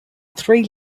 three